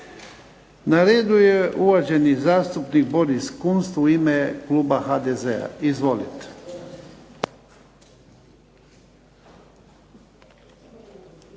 Na redu je uvaženi zastupnik Boris Kunst u ime kluba HDZ-a. Izvolite.